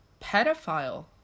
pedophile